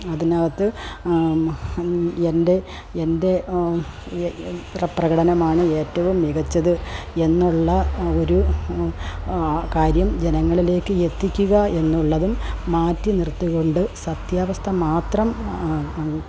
അതിനകത്ത് എൻ്റെ എൻ്റെ പ്രകടനമാണ് ഏറ്റവും മികച്ചത് എന്നുള്ള ഒരു ആ കാര്യം ജനങ്ങളിലേക്ക് എത്തിക്ക്ക എന്നുള്ളതും മാറ്റിനിർത്തിക്കൊണ്ട് സത്യാവസ്ഥ മാത്രം